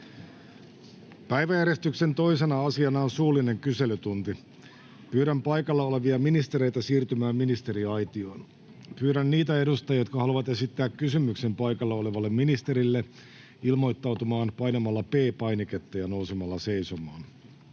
Päiväjärjestyksen 2. asiana on suullinen kyselytunti. Pyydän paikalla olevia ministereitä siirtymään ministeriaitioon. Pyydän niitä edustajia, jotka haluavat esittää kysymyksen paikalla olevalle ministerille, ilmoittautumaan painamalla P-painiketta ja nousemalla seisomaan.